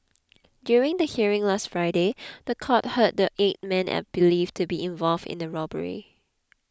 during the hearing last Friday the court heard that eight men are believed to be involved in the robbery